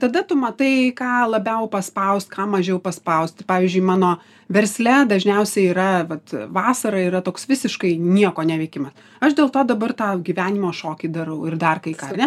tada tu matai ką labiau paspaust ką mažiau paspausti pavyzdžiui mano versle dažniausiai yra vat vasara yra toks visiškai nieko neveikimas aš dėl to dabar tą gyvenimo šokį darau ir dar kai ką ar ne